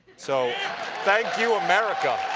so thank you, america!